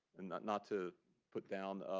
and not not to put down